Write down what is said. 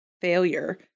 failure